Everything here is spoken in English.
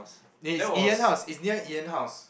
it's Ian house it's near Ian house